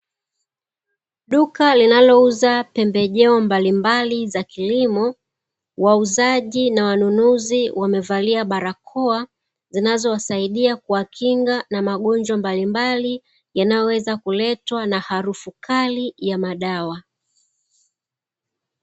Duka linalouza pembejeo mbalimbali za kilimo. Wauzaji na wanunuzi wamevalia barakoa zinazowasaidia kuwakinga na magonjwa mbalimbali yanayoweza kuletwa na harufu kali ya madawa.